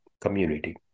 community